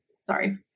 Sorry